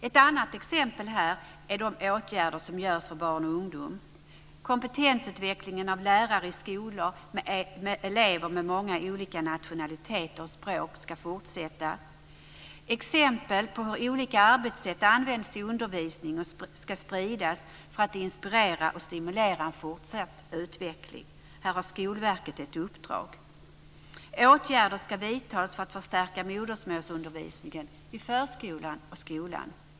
Ett annat exempel är de åtgärder som vidtas för barn och ungdom: - Kompetensutvecklingen av lärare i skolor med elever med många olika nationaliteter och språk ska fortsätta. - Exempel på hur olika arbetssätt används i undervisningen ska spridas för att inspirera och stimulera en fortsatt utveckling. Här har Skolverket ett uppdrag. - Åtgärder ska vidtas för att förstärka modersmålsundervisningen i förskolan och skolan.